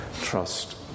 trust